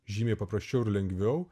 žymiai paprasčiau ir lengviau